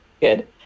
good